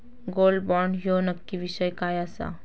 Gold bond ह्यो नक्की विषय काय आसा?